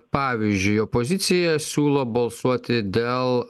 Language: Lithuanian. pavyzdžiui opozicija siūlo balsuoti dėl